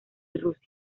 rusia